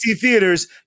Theaters